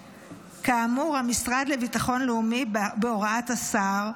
כאמור, המשרד לביטחון לאומי, בהוראת השר,